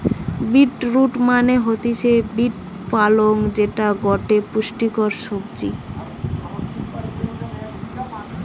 beet root মানে হতিছে beet পালং যেটা গটে পুষ্টিকর সবজি